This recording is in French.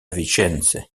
vicence